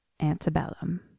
antebellum